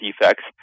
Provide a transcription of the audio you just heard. defects